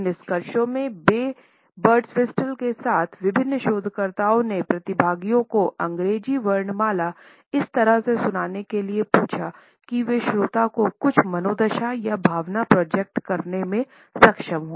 उनके निष्कर्षों में रे बर्डविस्टल के साथ विभिन्न शोधकर्ताओं ने प्रतिभागियों को अंग्रेजी वर्णमाला इस तरह से सुनाने के लिए पूछा कि वे श्रोता को कुछ मनोदशा या भावना प्रोजेक्ट करने में सक्षम हो